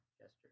gesture